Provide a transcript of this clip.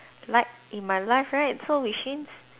like in my life right so which means